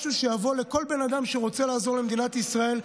משהו שיבוא לכל בן אדם שרוצה לעזור למדינת ישראל,